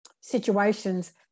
situations